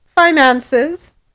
finances